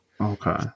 Okay